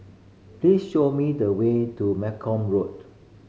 please show me the way to Malcolm Road